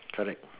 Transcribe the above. correct